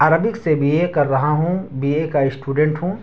Arabic سے B A کر رہا ہوں بی اے کا اسٹوڈنٹ ہوں